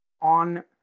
on